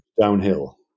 downhill